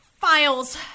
files